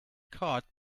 cart